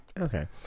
Okay